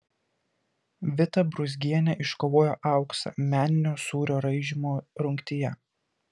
vita brūzgienė iškovojo auksą meninio sūrio raižymo rungtyje